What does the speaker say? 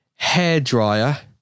hairdryer